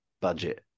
budget